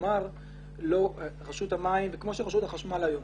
כלומר, כמו שרשות החשמל היום